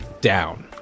down